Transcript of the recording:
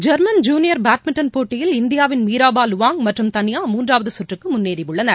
German junior badminton போட்டியில் இந்தியாவின் மீராபாலுவாங் மற்றும் தன்யா மூன்றாவதுசுற்றுக்குமுன்னேறியுள்ளனர்